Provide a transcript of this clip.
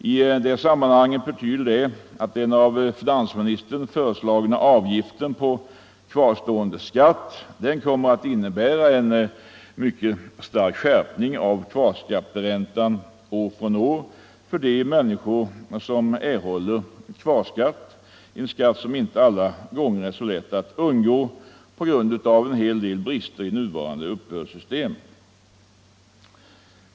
I det sammanhanget betyder det, att den av finansministern föreslagna avgiften på kvarstående skatt kommer att innebära en mycket stark skärpning av kvarskatteräntan år från år för de människor som får kvarskatt — en skatt som inte alla gånger är så lätt att undgå på grund av en hel del brister i det nuvarande uppbördssystemet.